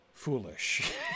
Foolish